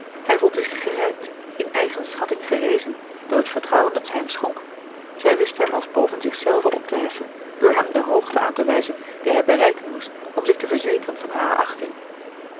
hij voelde zich gerijpt in eigen schatting gerezen door het vertrouwen dat zij hem schonk zij wist hem als boven zich zelven op te heffen door hem de hoogte aan te wijzen die hij bereiken moest om zich te verzekeren van hare achting